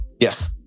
Yes